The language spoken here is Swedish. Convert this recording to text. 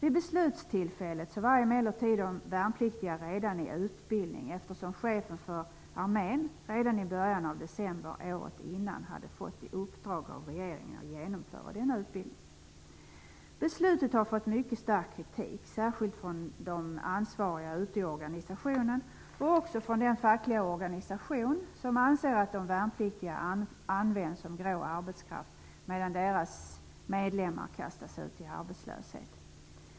Vid beslutstillfället var emellertid de värnpliktiga redan i utbildning, eftersom chefen för armén redan i början av december året innan hade fått i uppdrag av regeringen att genomföra denna utbildning. Beslutet har fått mycket stark kritik, särskilt från de ansvariga ute i organisationen samt också från den fackliga organisationen som anser att de värnpliktiga används som grå arbetskraft medan deras medlemmar kastas ut i arbetslöshet.